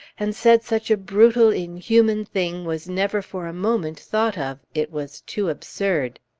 and said such a brutal, inhuman thing was never for a moment thought of, it was too absurd.